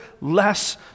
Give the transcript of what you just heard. less